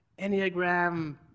Enneagram